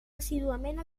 assíduament